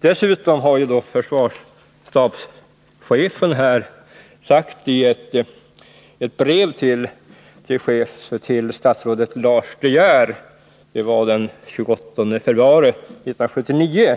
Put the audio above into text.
Dessutom har försvarsstabschefen i ett brev till dåvarande statsrådet Lars De Geer den 28 februari 1979